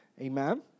Amen